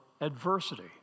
adversity